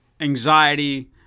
anxiety